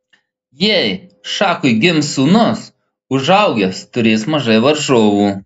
jei šachui gims sūnus užaugęs turės mažai varžovų